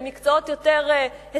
שהם מקצועות יותר הישגיים,